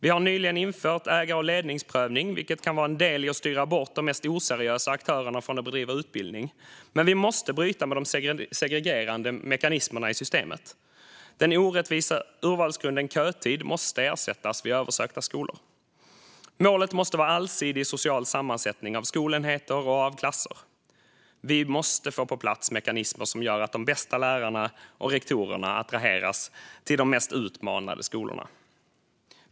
Vi har nyligen infört ägar och ledningsprövning, vilket kan vara en del i att styra bort de mest oseriösa aktörerna från att bedriva utbildning. Men vi måste bryta med de segregerande mekanismerna i systemet. Den orättvisa urvalsgrunden kötid måste ersättas vid översökta skolor. Målet måste vara en allsidig social sammansättning av skolenheter och klasser. Vi måste få på plats mekanismer som gör att skolorna med mest utmaningar attraherar de bästa lärarna och rektorerna.